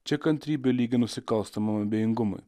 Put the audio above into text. čia kantrybė lygi nusikalstamu abejingumui